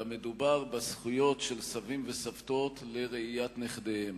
מדובר בזכויות של סבים וסבתות לראות את נכדיהם.